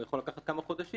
הוא יכול לקחת כמה חודשים.